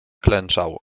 klęczał